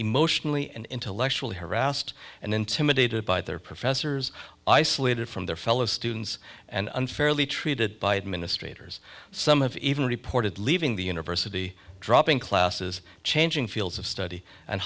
emotionally and intellectually harassed and intimidated by their professors isolated from their fellow students and unfairly treated by administrators some have even reported leaving the university dropping classes changing fields of study and